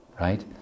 right